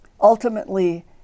Ultimately